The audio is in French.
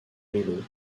vélos